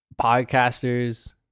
podcasters